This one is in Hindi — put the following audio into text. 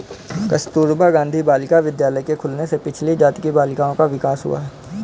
कस्तूरबा गाँधी बालिका विद्यालय के खुलने से पिछड़ी जाति की बालिकाओं का विकास हुआ है